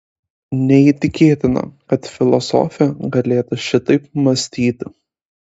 neįtikėtina kad filosofė galėtų šitaip mąstyti